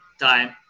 time